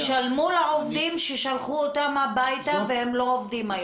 שישלמו לעובדים ששלחו אותם הביתה והם לא עובדים היום.